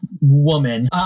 woman